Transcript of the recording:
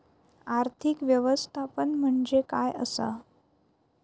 आर्थिक व्यवस्थापन म्हणजे काय असा?